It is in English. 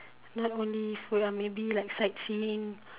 not only food lah maybe like sightseeing